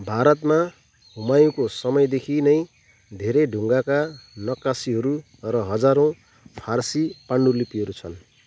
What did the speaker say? भारतमा हुमायूँको समयदेखि नै धेरै ढुङ्गाका नक्कासीहरू र हजारौँ फारसी पाण्डुलिपिहरू छन्